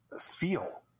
feel